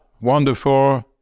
wonderful